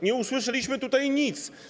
Nie usłyszeliśmy tutaj nic.